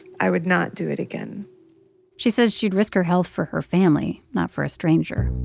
i would not do it again she says she'd risk her health for her family, not for a stranger.